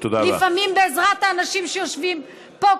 לפעמים בעזרת האנשים שיושבים פה,